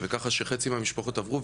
וככה שחצי מהמשפחות עברו,